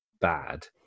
bad